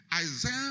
Isaiah